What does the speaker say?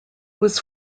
was